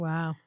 Wow